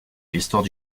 l’histoire